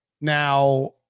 Now